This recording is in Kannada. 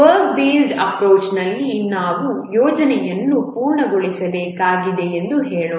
ವರ್ಕ್ ಬೇಸ್ಡ್ ಅಪ್ರೋಚ್ ನಲ್ಲಿ ನಾವು ಯೋಜನೆಯನ್ನು ಪೂರ್ಣಗೊಳಿಸಬೇಕಾಗಿದೆ ಎಂದು ಹೇಳೋಣ